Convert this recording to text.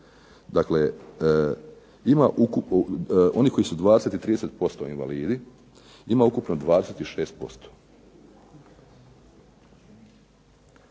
ima onih koji su 20 ili 30% invalidi ima ukupno 26%.